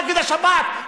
נגד השב"כ,